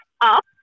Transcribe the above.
up